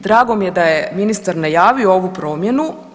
Drago mi je da je ministar najavio ovu promjenu.